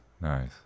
Nice